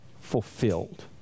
fulfilled